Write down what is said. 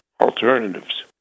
alternatives